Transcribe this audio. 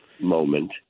moment